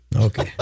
Okay